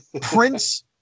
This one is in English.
Prince